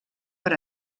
per